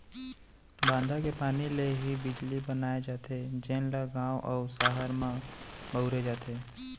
बांधा के पानी ले ही बिजली बनाए जाथे जेन ल गाँव अउ सहर म बउरे जाथे